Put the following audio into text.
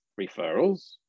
referrals